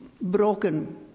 broken